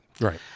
Right